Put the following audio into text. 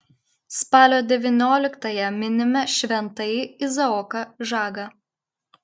spalio devynioliktąją minime šventąjį izaoką žagą